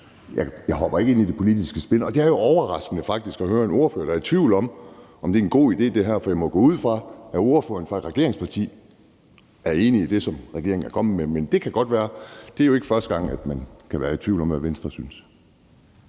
Jeg hopper ikke ind i det politiske spin, og det er jo overraskende faktisk at høre en ordfører, der er i tvivl om, om det her er en god idé. For jeg må gå ud fra, at ordføreren for et regeringsparti er enig i det, som regeringen er kommet med. Men det kan godt være. Det er jo ikke første gang, man kan være tvivl om, hvad Venstre synes.